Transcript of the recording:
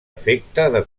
efecte